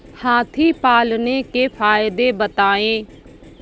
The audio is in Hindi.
हाथी पालने के फायदे बताए?